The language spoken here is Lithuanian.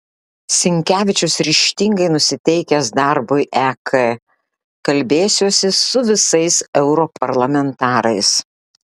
sinkevičius ryžtingai nusiteikęs darbui ek kalbėsiuosi su visais europarlamentarais